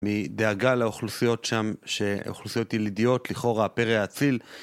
מדאגה לאוכלוסיות שם, ש.. אוכלוסיות ילידיות, לכאורה הפרא האציל.